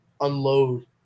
unload